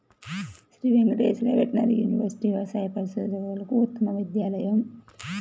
Shri Venkateswara Veterinary University వ్యవసాయ పరిశోధనలకు ఉత్తమ విశ్వవిద్యాలయం